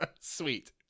Sweet